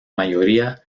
mayoría